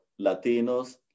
Latinos